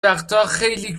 وقتاخیلی